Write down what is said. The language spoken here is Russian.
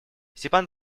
степан